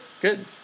Good